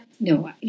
No